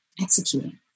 executing